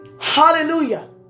Hallelujah